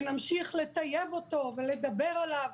ונמשיך לטייב אותו ולדבר עליו,